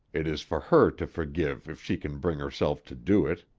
it is for her to forgive if she can bring herself to do it.